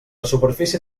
superfície